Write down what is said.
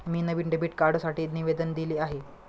मी नवीन डेबिट कार्डसाठी निवेदन दिले आहे